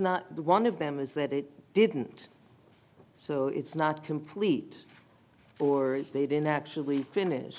not one of them is that it didn't so it's not complete or they didn't actually finish